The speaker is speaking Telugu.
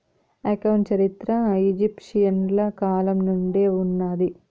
అకౌంట్ చరిత్ర ఈజిప్షియన్ల కాలం నుండే ఉన్నాది